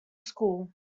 school